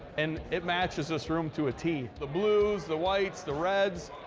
and it matches this room to a t, the blues, the whites, the reds.